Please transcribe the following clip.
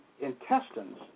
intestines